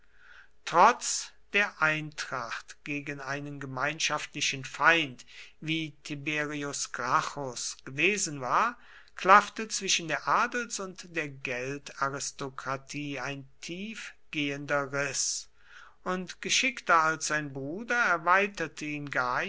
trotz der eintracht gegen einen gemeinschaftlichen feind wie tiberius gracchus gewesen war klaffte zwischen der adels und geldaristokratie ein tief gehender riß und geschickter als sein bruder erweiterte ihn gaius